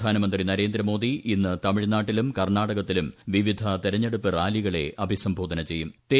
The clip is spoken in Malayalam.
പ്രിഗ്മന്ത്രി നരേന്ദ്രമോദി ഇന്ന് തമിഴ്നാട്ടിലും കർണാടകത്തിലും വിവിധ തെരഞ്ഞെടുപ്പ് റാലികളെ അഭിസംബോധന്യ പ്പെയ്യു്